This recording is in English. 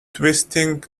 twisting